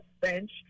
bench